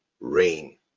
rain